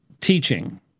teaching